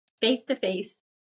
face-to-face